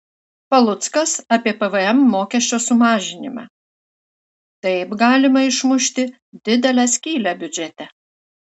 paluckas apie pvm mokesčio sumažinimą taip galima išmušti didelę skylę biudžete